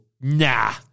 nah